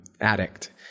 addict